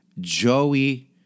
Joey